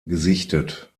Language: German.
gesichtet